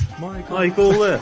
Michael